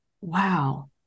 wow